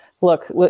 look